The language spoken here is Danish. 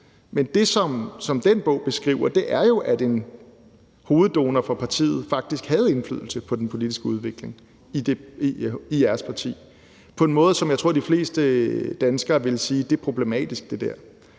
Men det, som den bog beskriver, er jo, at en hoveddonor for partiet faktisk havde indflydelse på den politiske udvikling i jeres parti på en måde, hvor jeg tror, at de fleste danskere ville sige: Det der er problematisk.